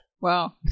Wow